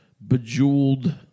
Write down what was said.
bejeweled